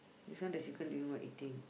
this one the chicken doing what eating